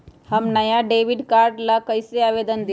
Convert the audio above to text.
हम नया debit card ला कईसे आवेदन दिउ?